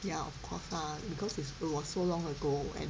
ya of course lah because it's it was so long ago and